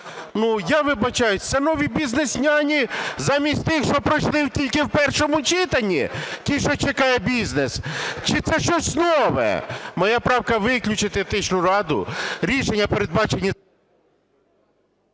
я вибачаюсь, це нові "бізнес-няні" замість тих, що пройшли тільки в першому читанні, ті, що чекає бізнес, чи це щось нове? Моя правка виключити Етичну раду. Рішення передбачені…